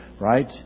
right